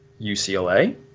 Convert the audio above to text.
UCLA